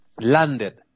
landed